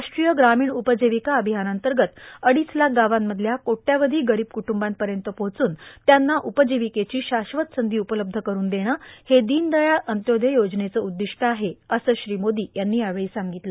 राष्ट्रीय ग्रामीण उपजिविका अभियानाअंतर्गत अडीच लाख गावांमधल्या कोट्यवधी गरीब कुटुंबांपर्यंत पोहोचून त्यांना उपजिवीकेची शाश्वत संधी उपलब्ध करून देणं हे दीनदयाळ अंत्योदय योजनेचं उद्दिष्ट आहे असं श्री मोदी यांनी सांगितलं